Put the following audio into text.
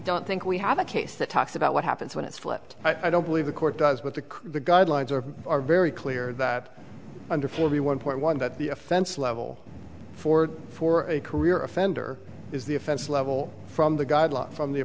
don't think we have a case that talks about what happens when it's flipped i don't believe the court does what the the guidelines are very clear that under forty one point one that the offense level for for a career offender is the offense level from the guidelines from the